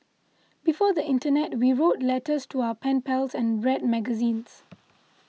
before the internet we wrote letters to our pen pals and read magazines